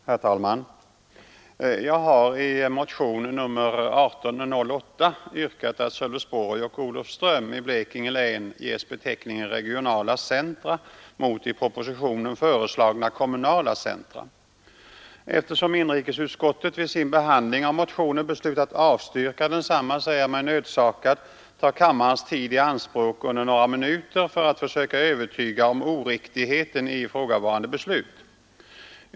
Herr talman! Jag har i motionen nr 1808 yrkat att Sölvesborg och Olofström i Blekinge län ges beteckningen regionala centra i stället för den i propositionen föreslagna beteckningen kommunala centra. Eftersom inrikesutskottet vid sin behandling av motionen beslutat avstyrka densamma ser jag mig nödsakad ta några minuter av kammarens tid i anspråk för att försöka övertyga om oriktigheten i ifrågavarande beslut.